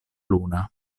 luna